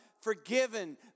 Forgiven